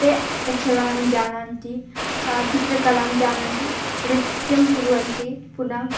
ते यक्षगानं जानन्ति चित्रकलां जानन्ति नृत्यं कुर्वन्ति पुनः